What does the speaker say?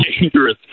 dangerous